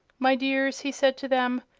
my dears, he said to them,